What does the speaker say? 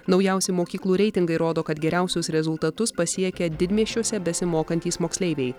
naujausi mokyklų reitingai rodo kad geriausius rezultatus pasiekia didmiesčiuose besimokantys moksleiviai